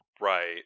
Right